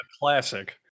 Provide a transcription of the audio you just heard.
classic